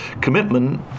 commitment